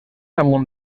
amunt